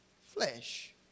Flesh